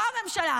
לא הממשלה,